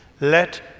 Let